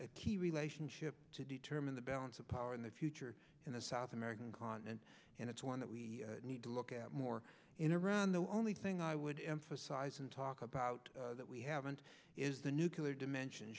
a key relationship to determine the balance of power in the future in a south american continent and it's one that we need to look at more in iran the only thing i would emphasize and talk about that we haven't is the nuclear dimension